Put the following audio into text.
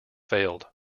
failed